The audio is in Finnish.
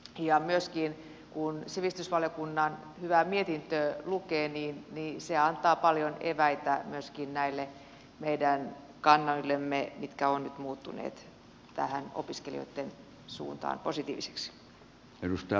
ja myöskin kun sivistysvaliokunnan hyvää mietintöä lukee niin se antaa paljon eväitä myöskin näille meidän kannoillemme mitkä ovat nyt muuttuneet tähän opiskelijoitten suuntaan positiivisiksi